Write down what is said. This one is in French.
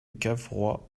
cavrois